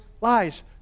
lies